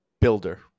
Builder